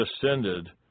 descended